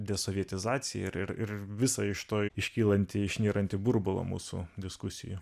desovietizaciją ir ir visa iš to iškylantį išnyrantį burbulą mūsų diskusijų